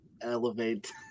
elevate